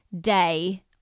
day